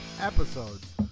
episodes